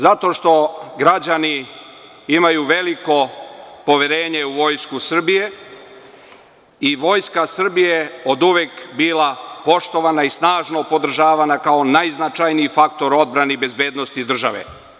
Zato što građani imaju veliko poverenje u Vojsku Srbije i Vojska Srbije je oduvek bila poštovana i snažno podržavana kao najznačajniji faktor odbrane i bezbednosti države.